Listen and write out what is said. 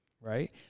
Right